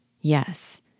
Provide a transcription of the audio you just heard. Yes